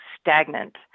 stagnant